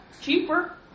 Cheaper